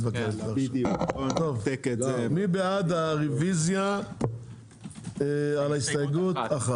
מי בעד הרביזיה על הסתייגות 1?